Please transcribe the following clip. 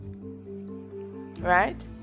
Right